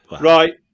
Right